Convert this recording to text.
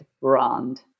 brand